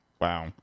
Wow